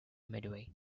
medway